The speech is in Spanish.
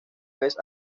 vez